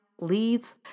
leads